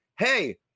Hey